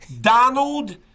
Donald